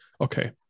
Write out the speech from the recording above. okay